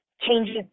changes